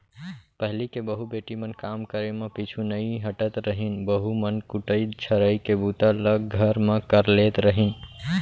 पहिली के बहू बेटी मन काम करे म पीछू नइ हटत रहिन, बहू मन कुटई छरई के बूता ल घर म कर लेत रहिन